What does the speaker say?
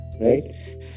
Right